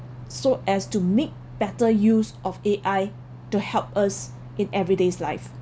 so as to make better use of A_I to help us in everyday life